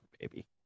baby